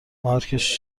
مارکش